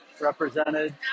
represented